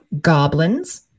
goblins